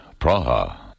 Praha